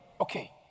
Okay